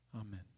Amen